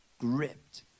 gripped